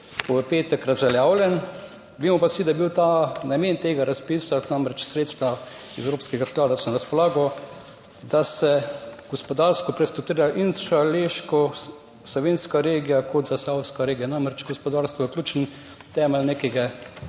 v petek razveljavljen, vemo pa vsi, da je bil namen tega razpisa – namreč, sredstva iz Evropskega sklada so na razpolago – da se gospodarsko prestrukturirata in šaleško-savinjska regija in zasavska regija. Namreč, gospodarstvo je ključen temelj nekega